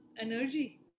energy